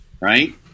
Right